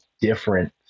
different